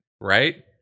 right